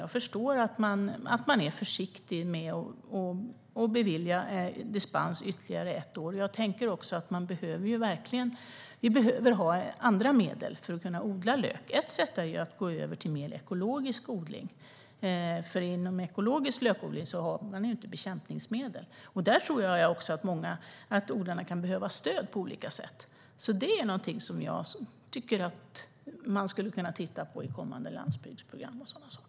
Jag förstår att de är försiktiga med att bevilja dispens ytterligare ett år. Vi behöver andra medel för att kunna odla lök. Ett sätt är att gå över till mer ekologisk odling. Inom ekologisk lökodling har man inte bekämpningsmedel. Det tror jag att många av odlarna kan behöva stöd för på olika sätt. Det skulle man kunna titta på i kommande landsbygdsprogram och sådana saker.